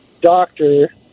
doctor